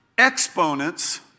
exponents